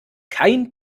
kein